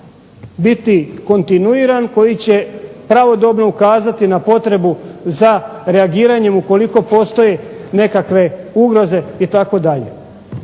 biti kontinuiran, koji će pravodobno ukazati na potrebu za reagiranjem ukoliko postoje nekakve ugroze itd.